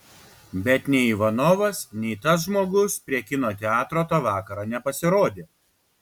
bet nei ivanovas nei tas žmogus prie kino teatro tą vakarą nepasirodė